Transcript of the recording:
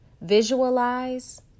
Visualize